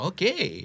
Okay